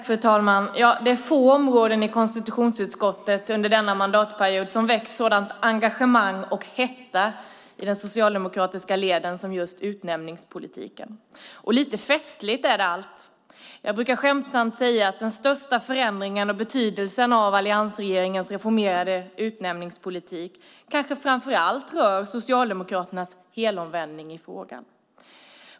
Fru talman! Det är få områden i konstitutionsutskottet under denna mandatperiod som väckt sådant engagemang och en sådan hetta i de socialdemokratiska leden som just utnämningspolitiken, och lite festligt är det allt. Jag brukar skämtsamt säga att den största förändringen och betydelsen av alliansregeringens reformerade utnämningspolitik kanske framför allt rör Socialdemokraternas helomvändning i frågan.